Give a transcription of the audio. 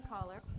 caller